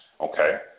okay